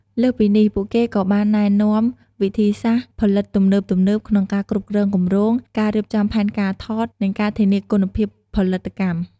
លើសពីនេះ ពួកគេក៏បានណែនាំ វិធីសាស្រ្តផលិតទំនើបៗ ក្នុងការគ្រប់គ្រងគម្រោង ការរៀបចំផែនការថត និងការធានាគុណភាពផលិតកម្ម។